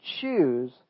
choose